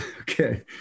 okay